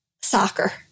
soccer